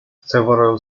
several